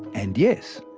and yes.